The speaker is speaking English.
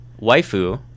waifu